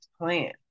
plan